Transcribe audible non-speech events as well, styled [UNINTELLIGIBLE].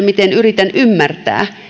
[UNINTELLIGIBLE] miten yritän ymmärtää